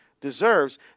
deserves